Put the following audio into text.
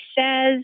says